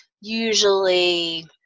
usually